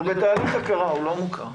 הוא בתהליך הכרה, הוא לא מוכר.